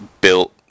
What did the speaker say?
built